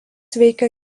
veikia